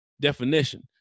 definition